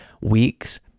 weeks